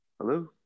Hello